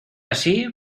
así